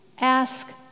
Ask